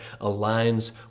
aligns